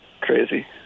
Crazy